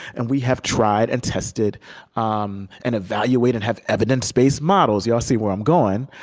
and we have tried and tested um and evaluated and have evidence-based models. y'all see where i'm going.